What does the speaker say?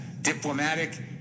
diplomatic